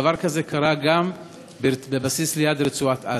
דבר כזה קרה גם בבסיס ליד רצועת-עזה.